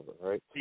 right